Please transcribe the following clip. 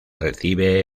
recibe